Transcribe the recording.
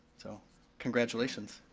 so congratulations.